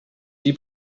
die